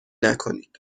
نکنید